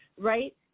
right